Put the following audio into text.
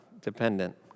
dependent